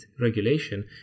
regulation